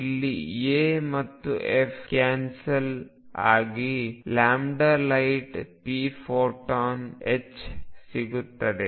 ಇಲ್ಲಿ a ಮತ್ತು f cancel ಆಗಿ lightpphoton∼h ಸಿಗುತ್ತದೆ